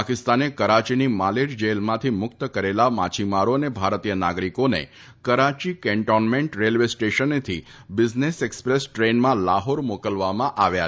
પાકિસ્તાને કરાંચીની માલીર જેલમાંથી મુક્ત કરેલા માછીમારો અને ભારતીય નાગરિકોને કરાંચી કેન્ટોનમેન્ટ રેલ્વે સ્ટેશનેથી બીઝનેસ એક્સપ્રેસ ટ્રેનમાં લાહોર મોકલવામાં આવ્યા છે